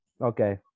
okay